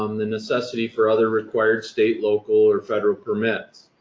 um the necessity for other required state, local or federal permits.